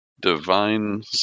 divine